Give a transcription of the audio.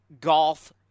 golf